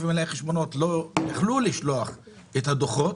ומנהלי חשבונות לא יכלו לשלוח את הדוחות.